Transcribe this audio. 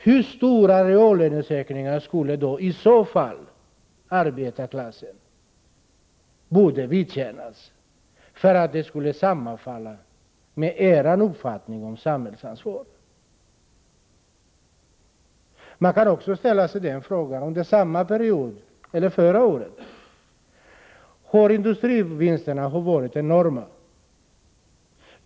Hur stora reallönesänkningar borde i så fall arbetarklassen vidkännas för att det skulle sammanfalla med er uppfattning om samhällsansvar? Man kan också konstatera att under samma period, eller förra året, har industrivinsterna varit enorma.